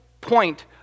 point